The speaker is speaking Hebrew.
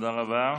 תודה רבה.